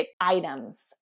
items